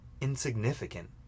insignificant